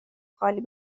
خالی